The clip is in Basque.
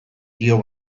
dio